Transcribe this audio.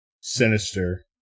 sinister